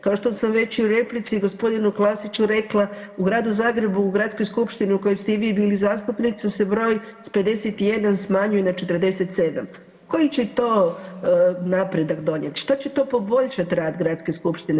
Kao što sam već i u replici g. Klasiću rekla u Gradu Zagrebu u Gradskoj skupštini u kojoj ste i vi bili zastupnica se broj s 51 smanjuje na 47, koji će to napredak donijet, što će to poboljšat rad gradske skupštine?